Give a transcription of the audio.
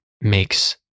makes